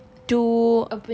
to